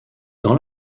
dans